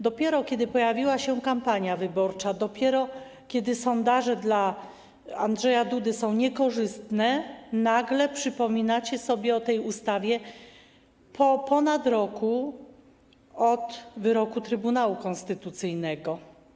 Dopiero kiedy pojawiła się kampania wyborcza, dopiero kiedy sondaże stały się dla Andrzeja Dudy niekorzystne, nagle przypomnieliście sobie o tej ustawie, po ponad roku od wyroku Trybunału Konstytucyjnego.